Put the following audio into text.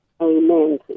Amen